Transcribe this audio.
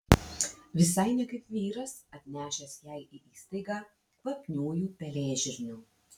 visai ne kaip vyras atnešęs jai į įstaigą kvapniųjų pelėžirnių